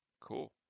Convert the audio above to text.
Cool